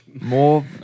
more